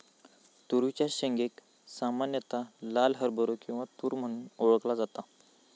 तुरीच्या शेंगेक सामान्यता लाल हरभरो किंवा तुर म्हणून ओळखला जाता